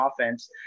offense